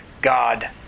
God